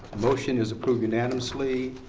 motion is approved unanimously.